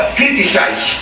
criticize